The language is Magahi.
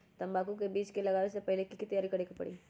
तंबाकू के बीज के लगाबे से पहिले के की तैयारी करे के परी?